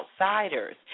outsiders